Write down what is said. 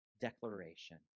declaration